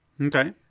okay